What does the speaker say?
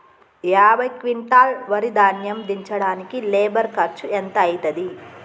యాభై క్వింటాల్ వరి ధాన్యము దించడానికి లేబర్ ఖర్చు ఎంత అయితది?